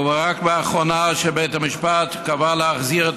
ורק לאחרונה בית המשפט קבע להחזיר את